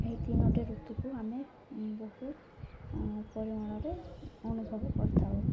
ଏହି ତିନୋଟି ଋତୁକୁ ଆମେ ବହୁତ ପରିମାଣରେ ଅନୁଭବ କରିଥାଉ